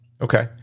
okay